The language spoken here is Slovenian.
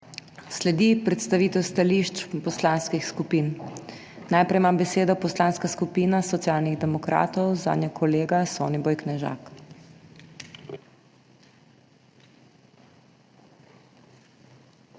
Sledi predstavitev stališč poslanskih skupin. Najprej ima besedo Poslanska skupina Socialnih demokratov, zanjo kolega Soniboj Knežak.